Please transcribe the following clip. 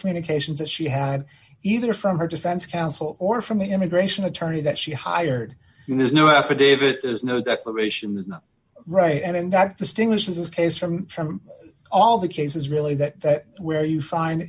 communications that she had either from her defense counsel or from the immigration attorney that she hired and there's no affidavit there's no declaration that right and that distinguishes this case from from all the cases really that where you find